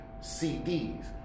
CDs